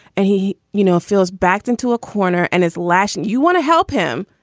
and he, you know, feels backed into a corner and is lashing. you want to help him,